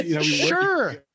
sure